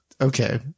Okay